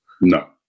No